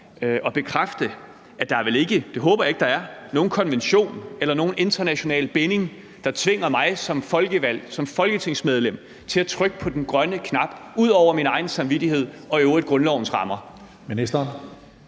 at bekræfte, at der vel ikke – det håber jeg ikke der er – er nogen konvention eller nogen international binding, der tvinger mig som folkevalgt, som folketingsmedlem, til at trykke på den grønne knap ud over min egen samvittighed og i øvrigt grundlovens rammer.